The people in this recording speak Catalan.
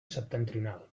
septentrional